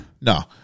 No